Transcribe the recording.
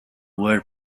word